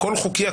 הכול חוקי,